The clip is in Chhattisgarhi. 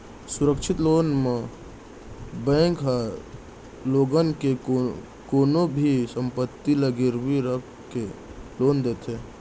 सुरक्छित लोन म बेंक ह लोगन के कोनो भी संपत्ति ल गिरवी राख के लोन देथे